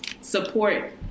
support